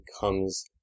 becomes